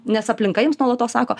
nes aplinka jums nuolatos sako